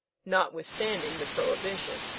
notwithstanding the prohibition.